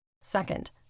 Second